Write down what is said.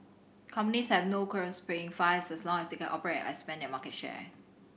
companies have no qualms paying fines as long as they can operate and expand their market share